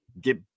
get